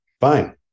Fine